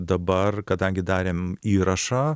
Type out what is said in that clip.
dabar kadangi darėm įrašą